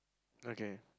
okay